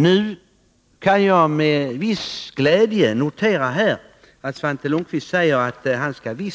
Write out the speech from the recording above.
Nu kan jag med viss glädje notera att Svante Lundkvist säger att han skall